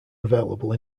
available